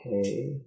Okay